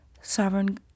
Sovereign